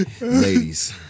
Ladies